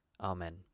Amen